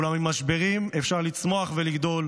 אולם ממשברים אפשר לצמוח ולגדול.